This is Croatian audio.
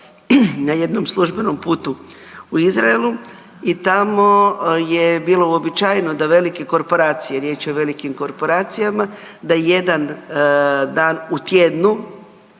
na jednom službenom putu u Izraelu i tamo je bilo uobičajeno da velike korporacije, riječ je o velikim korporacijama da jedan dan u tjednu